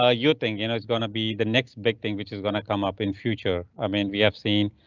ah you think you know it's going to be the next big thing which is going to come up in future? i mean, we have seen,